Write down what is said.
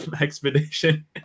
expedition